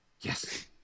Yes